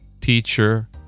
teacher